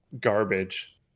garbage